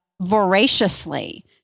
voraciously